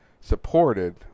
supported